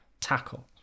tackle